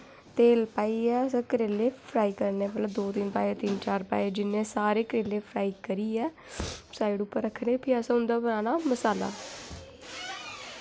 तेल पाइयै असें करेले फ्राई करने दो दो दो दो पाए तिन्न चार जिन्ने बी पाए सारे फ्राई करियै साईड पर रक्खने भी असें उं'दा बनाना मसाला